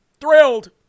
Thrilled